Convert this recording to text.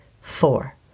four